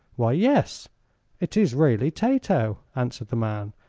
why, yes it is really tato, answered the man,